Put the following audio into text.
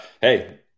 hey